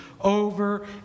over